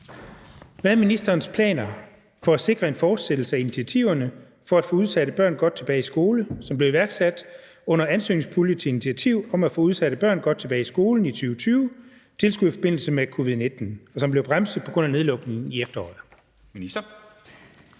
Hvad er ministerens planer for at sikre en fortsættelse af initiativerne for at få udsatte børn godt tilbage i skole, som blev iværksat under »Ansøgningspulje til initiativ om at få udsatte børn godt tilbage i skole i 2020 – Tilskud i forbindelse med COVID-19«, og som blev bremset på grund af nedlukningen i efteråret?